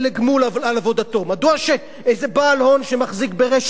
מדוע שאיזה בעל הון שמחזיק ברשת ייקח את כל הכסף?